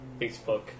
Facebook